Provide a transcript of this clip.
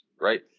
right